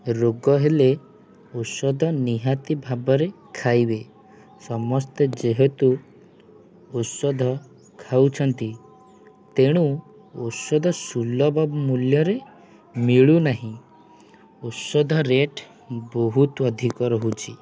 ରୋଗ ହେଲେ ଔଷଧ ନିହାତି ଭାବରେ ଖାଇବେ ସମସ୍ତେ ଯେହେତୁ ଔଷଧ ଖାଉଛନ୍ତି ତେଣୁ ଔଷଧ ସୁଲଭ ମୂଲ୍ୟରେ ମିଳୁନାହିଁ ଔଷଧ ରେଟ୍ ବହୁତ ଅଧିକ ରହୁଛି